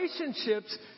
relationships